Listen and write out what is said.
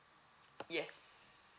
yes